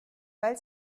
weil